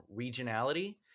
regionality